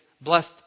blessed